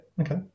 okay